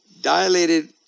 dilated